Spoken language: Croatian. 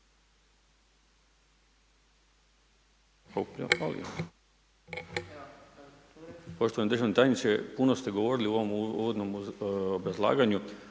Poštovani državni tajniče, puno ste govorili u ovom uvodnom obrazlaganju